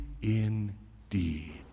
indeed